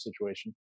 situation